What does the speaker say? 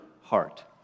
heart